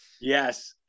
Yes